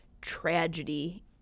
tragedy